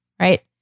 right